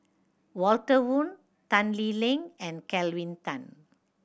Walter Woon Tan Lee Leng and Kelvin Tan